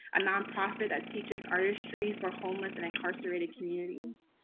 a nonprofit that teaches artistry for homeless and incarcerated communities.